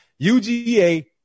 uga